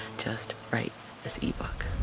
just write this ebook.